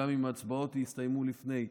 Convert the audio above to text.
גם אם ההצבעות יסתיימו לפני,